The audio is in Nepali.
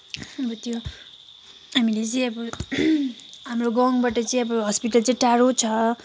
अब त्यो हामीले चाहिँ अब हाम्रो गाउँबाट चाहिँ अब हस्पिटल चाहिँ टाढो छ